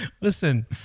Listen